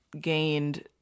gained